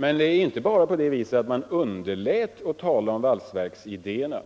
Men det är inte bara så att man underlät att tala om valsverksidéerna.